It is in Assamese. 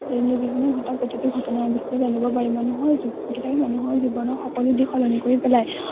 দৈনন্দিন জীৱনত ঘটা প্ৰতিটো ঘটনাৰ বিষয়ে জানিব পাৰি মানুহৰ কিতাপে মানুহৰ জীৱনৰ সকলো দিশ সলনি কৰি পেলায়